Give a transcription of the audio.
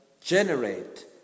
generate